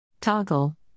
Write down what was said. Toggle